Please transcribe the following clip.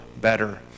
better